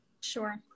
Sure